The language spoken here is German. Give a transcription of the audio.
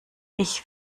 ich